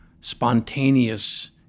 spontaneous